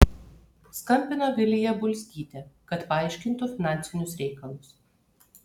skambino vilija bulzgytė kad paaiškintų finansinius reikalus